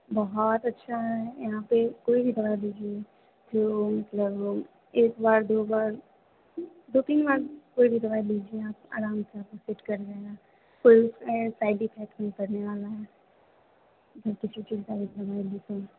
बहुत अच्छा है यहाँ पर कोई भी दवा लीजिए जो मतलब वो एक बार दो बार दो तीन बार कोई भी दवा लीजिए आप आराम से आपको सूट कर जाएगा कोई साइड इफैक्ट नहीं करने वाला है जी किसी चिंता के